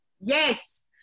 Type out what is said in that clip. Yes